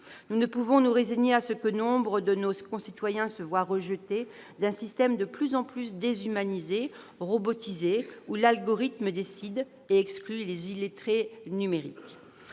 Nous ne pouvons nous résigner à ce que nombre de nos concitoyens se voient rejeter d'un système de plus en plus déshumanisé, robotisé, où l'algorithme décide et exclut les illettrés numériques.